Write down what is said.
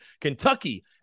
Kentucky